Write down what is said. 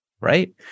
Right